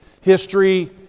History